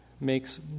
makes